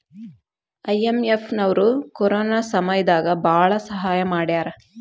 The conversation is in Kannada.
ಐ.ಎಂ.ಎಫ್ ನವ್ರು ಕೊರೊನಾ ಸಮಯ ದಾಗ ಭಾಳ ಸಹಾಯ ಮಾಡ್ಯಾರ